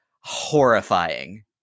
horrifying